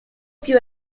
più